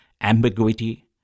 ambiguity